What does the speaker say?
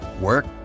work